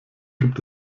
gibt